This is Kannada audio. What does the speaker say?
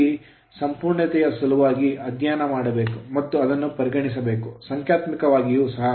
ಇಲ್ಲಿ ಸಂಪೂರ್ಣತೆಯ ಸಲುವಾಗಿ ಅಧ್ಯಯನ ಮಾಡಬೇಕು ಮತ್ತು ಅದನ್ನು ಪರಿಗಣಿಸಬೇಕು ಸಂಖ್ಯಾತ್ಮಕವಾಗಿಯೂ ಸಹ